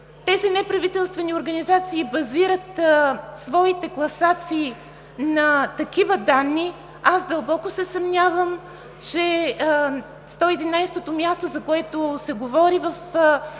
тези неправителствени организации базират своите класации на такива данни, аз дълбоко се съмнявам, че 111-ото място, за което се говори в тази